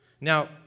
Now